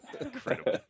Incredible